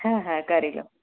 હા હા કરી લઉં